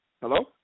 Hello